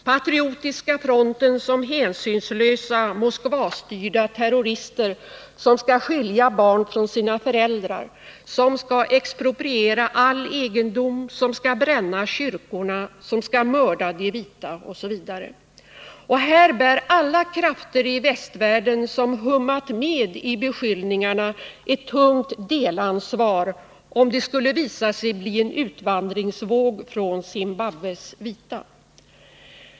Patriotiska frontens medlemmar skildras som hänsynslösa Moskvastyrda terrorister, som skall skilja barn från sina föräldrar, som skall expropriera all egendom, som skall bränna kyrkorna, som skall mörda de vita osv. Och här bär alla krafter i västvärlden som hummat med i beskyllningarna ett tungt delansvar, om det skulle visa sig bli en utvandringsvåg bland Zimbabwes vita.